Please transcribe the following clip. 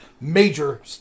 major